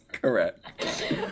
correct